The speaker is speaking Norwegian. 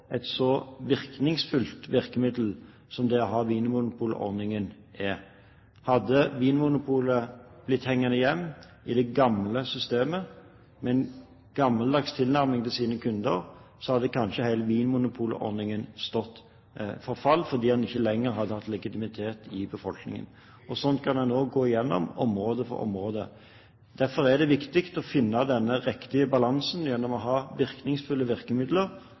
et så virkningsfullt virkemiddel som vinmonopolordningen. Hadde Vinmonopolet blitt hengende igjen i det gamle systemet, med en gammeldags tilnærming til sine kunder, så hadde kanskje hele vinmonopolordningen stått for fall fordi den ikke lenger hadde hatt legitimitet i befolkningen. Slik kan en også gå igjennom område for område. Det er viktig å finne den riktige balansen gjennom å ha virkningsfulle virkemidler,